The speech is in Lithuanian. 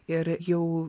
ir jau